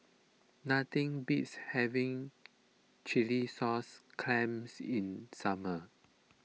nothing beats having Chilli Sauce Clams in summer